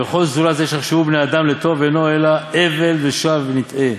וכל זולת זה שיחשבוהו בני האדם לטוב אינו אלא הבל ושווא נתעה.